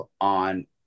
on